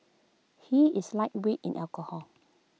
he is lightweight in alcohol